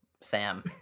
sam